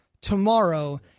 Tomorrow